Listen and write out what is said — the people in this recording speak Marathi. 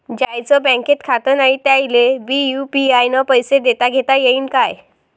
ज्याईचं बँकेत खातं नाय त्याईले बी यू.पी.आय न पैसे देताघेता येईन काय?